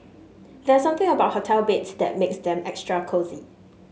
there's something about hotel beds that makes them extra cosy